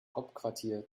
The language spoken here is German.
hauptquartier